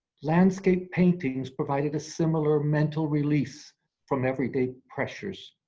landscape paintings provided a similar mental release from everyday pressures.